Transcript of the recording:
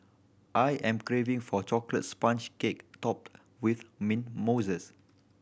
I am craving for chocolate sponge cake topped with mint mousses